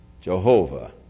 Jehovah